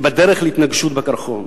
היא בדרך להתנגשות בקרחון,